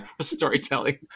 storytelling